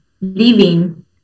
living